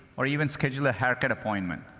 or even schedule a haircut appointment.